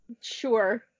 Sure